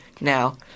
now